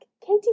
Katie